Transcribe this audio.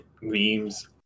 memes